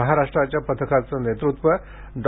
महाराष्ट्राच्या पथकाचं नेतृत्व डॉ